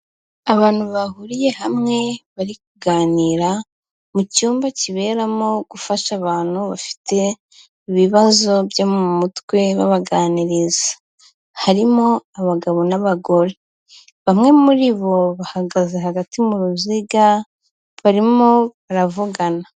Abantu bahuriye hamwe, bari kuganira mu cyumba kiberamo gufasha abantu bafite ibibazo byo mu mutwe babaganiriza, harimo abagabo n'abagore, bamwe muri bo bahagaze hagati mu ruziga barimo baravugana.